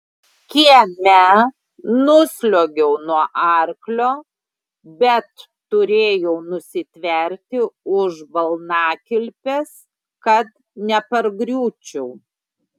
kieme nusliuogiau nuo arklio bet turėjau nusitverti už balnakilpės kad nepargriūčiau